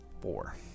Four